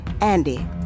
Andy